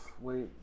wait